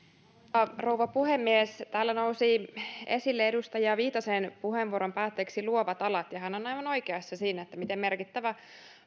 arvoisa rouva puhemies täällä nousivat esille edustaja viitasen puheenvuoron päätteeksi luovat alat ja hän on aivan oikeassa siinä miten merkittävä